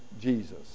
Jesus